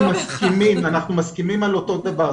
-- אנחנו מסכימים על אותו דבר,